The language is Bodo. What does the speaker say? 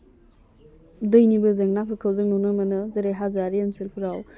दैनिबो जेंनाफोरखौ जों नुनो मोनो जेरै हाजोआरि ओनसोलफ्राव